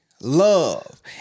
love